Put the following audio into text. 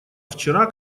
вчера